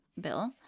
Bill